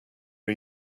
are